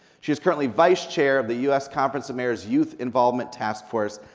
she is currently vice chair of the u s. conference of mayors youth involvement task force.